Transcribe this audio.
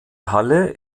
halle